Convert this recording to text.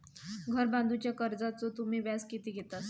घर बांधूच्या कर्जाचो तुम्ही व्याज किती घेतास?